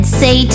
say